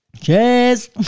Cheers